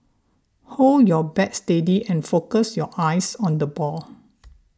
hold your bat steady and focus your eyes on the ball